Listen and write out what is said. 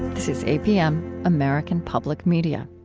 this is apm, american public media